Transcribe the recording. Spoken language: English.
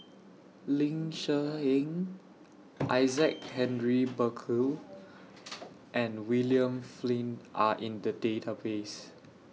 Ling Cher Eng Isaac Henry Burkill and William Flint Are in The Database